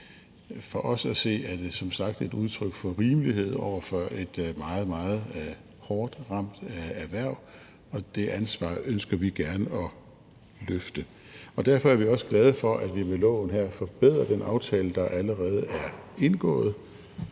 For os at se er det som sagt et udtryk for rimelighed over for et meget, meget hårdt ramt erhverv, og det ansvar ønsker vi gerne at løfte. Derfor er vi også glade for, at vi med lovforslaget her forbedrer den aftale, der allerede er indgået,